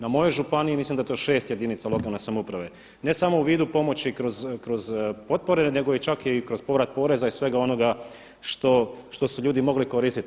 Na mojoj županiji ja mislim da je to 6 jedinica lokalne samouprave ne samo u vidu pomoći kroz potpore, nego čak i kroz povrat poreza i svega onoga što su ljudi mogli koristiti.